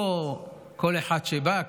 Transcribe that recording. לא כל אחד שבא,